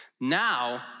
Now